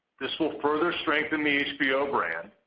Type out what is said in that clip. this will further strengthen the hbo brand,